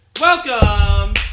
Welcome